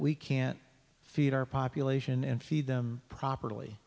we can't feed our population and feed them properly